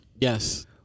Yes